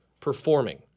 performing